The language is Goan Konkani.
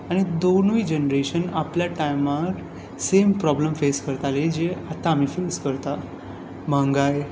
आनी दोनूय जेनरेशन आपल्या टायमार सेम प्रोबल्म फेस करताले जे आतां आमी फेस करता म्हारगाय